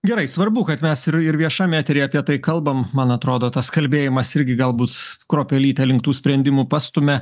gerai svarbu kad mes ir ir viešam eteryje apie tai kalbam man atrodo tas kalbėjimas irgi gal bus kruopelytę link tų sprendimų pastumia